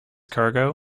cargo